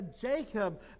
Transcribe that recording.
Jacob